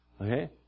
Okay